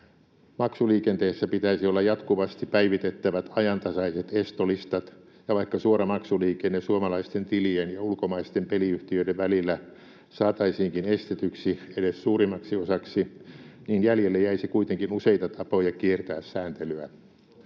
Maksuliikenteessä pitäisi olla jatkuvasti päivitettävät, ajantasaiset estolistat, ja vaikka suora maksuliikenne suomalaisten tilien ja ulkomaisten peliyhtiöiden välillä saataisiinkin estetyksi edes suurimmaksi osaksi, niin jäljelle jäisi kuitenkin useita tapoja kiertää sääntelyä.